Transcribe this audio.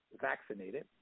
vaccinated